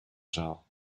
zaal